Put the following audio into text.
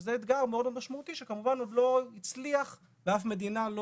וזה אתגר מאוד משמעותי שכמובן עוד לא הצליח באף מדינה.